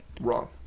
Wrong